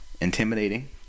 intimidating